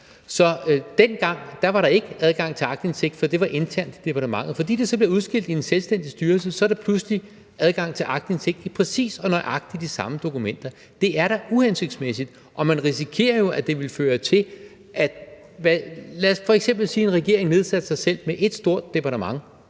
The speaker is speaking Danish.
Så dengang var der ikke adgang til aktindsigt, for det var internt i departementet. Fordi det så blev udskilt i en selvstændig styrelse, er der pludselig adgang til aktindsigt i præcis og nøjagtig de samme dokumenter. Det er da uhensigtsmæssigt. Lad os f.eks. sige, at en regering nedsatte sig selv med ét stort departement,